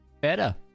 Better